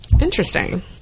Interesting